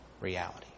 reality